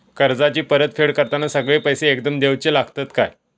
कर्जाची परत फेड करताना सगळे पैसे एकदम देवचे लागतत काय?